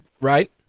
right